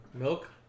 Milk